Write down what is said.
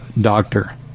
doctor